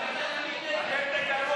אתם תגלו